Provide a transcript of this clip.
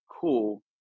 cool